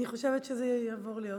אני חושבת שזה יעבור להיות.